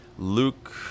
Luke